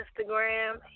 Instagram